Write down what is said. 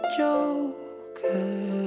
joker